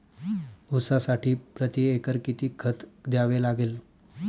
ऊसासाठी प्रतिएकर किती खत द्यावे लागेल?